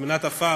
מטמנת עפר